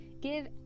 Give